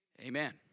Amen